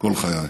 כל חיי.